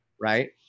Right